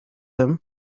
him